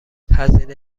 هزینه